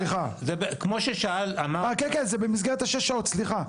אה, כן, כן, זה במסגרת השש שעות, סליחה.